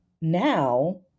now